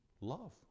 Love